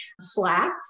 slacked